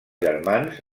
germans